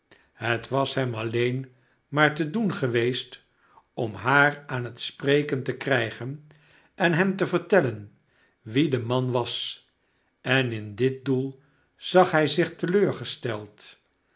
het was hem alleen maar te doen geweest om haar aan het spreken te krijgen en hem te vertellen wie de man was en in dit doel zag htj zich